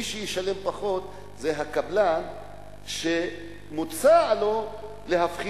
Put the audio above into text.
מי שישלם פחות זה הקבלן שמוצע לו להפחית.